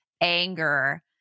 anger